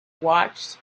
watched